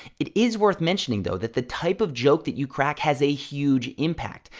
it is worth mentioning though that the type of joke that you crack has a huge impact.